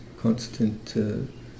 constant